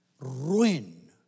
Ruin